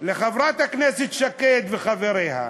לחברת הכנסת שקד וחבריה,